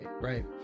right